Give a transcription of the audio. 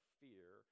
fear